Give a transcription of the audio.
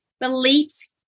Beliefs